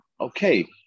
okay